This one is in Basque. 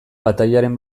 batailaren